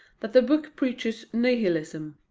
that the book preaches nihilism.